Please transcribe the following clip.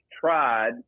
tried